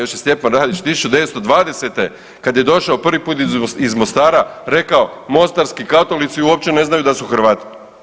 Još je Stjepan Radić 1920. kad je došao prvi put iz Mostara rekao mostarski katolici uopće ne znaju da su Hrvati.